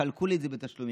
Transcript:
שיחלקו להם את זה לתשלומים.